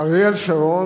אריאל שרון,